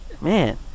Man